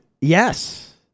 Yes